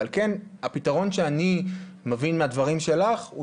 ועל כן הפתרון שאני מבין מהדברים שלך הוא